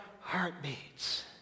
heartbeats